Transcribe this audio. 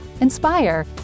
inspire